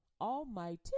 almighty